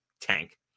tank